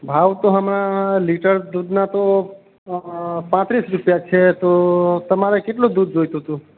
ભાવ તો હમણાં લિટર દૂધના તો અં પાંત્રીસ રૂપિયા છે તો તમારે કેટલુ દૂધ જોઈતુ તુ